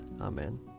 Amen